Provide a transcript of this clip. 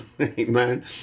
Amen